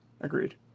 Agreed